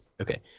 Okay